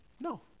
No